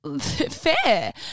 ...fair